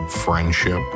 friendship